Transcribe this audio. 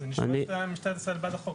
זה נשמע שמשטרת ישראל בעד החוק,